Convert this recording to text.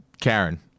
Karen